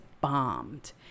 bombed